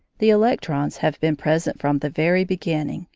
the electrons have been present from the very beginning,